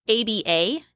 ABA